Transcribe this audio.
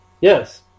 Yes